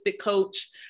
coach